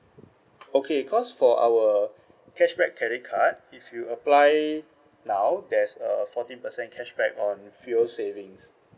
okay cause for our cashback credit card if you apply now there's a fourteen percent cashback on fuel savings